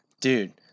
dude